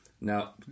Now